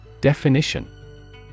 Definition